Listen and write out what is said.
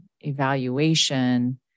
evaluation